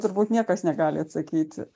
turbūt niekas negali atsakyti